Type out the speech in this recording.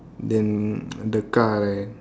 then the car right